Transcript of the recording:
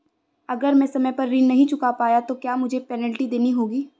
अगर मैं समय पर ऋण नहीं चुका पाया तो क्या मुझे पेनल्टी देनी होगी?